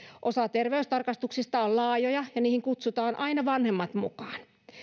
osa terveystarkastuksista on laajoja ja niihin kutsutaan aina vanhemmat mukaan